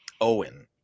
Owen